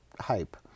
hype